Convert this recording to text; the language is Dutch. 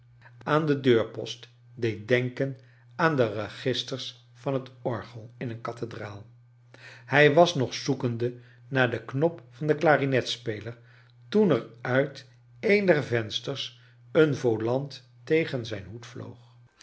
aan den deurpost deed denken aan de registers van het orgel in een kathedraal hij was nog zoekende naar den knop van den clarinetspeler toen er uit een der vensters een volant tegen zijn hoed vloog